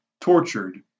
tortured